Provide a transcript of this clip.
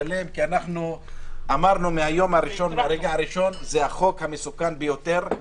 כי אמרנו מהיום הראשון שזה החוק המסוכן ביותר.